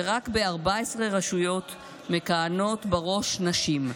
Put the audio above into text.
ורק ב-14 רשויות מכהנות בראש נשים.